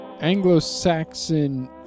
Anglo-Saxon